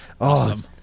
awesome